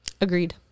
Agreed